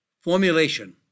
formulation